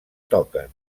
toquen